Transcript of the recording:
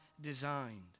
designed